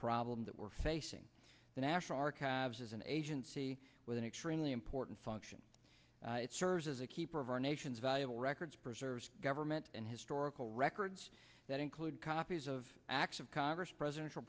problem that we're facing the national archives is an agency with an extremely important function it serves as a keeper of our nation's valuable records preserve government and historical records that include copies of acts of congress president